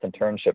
Internship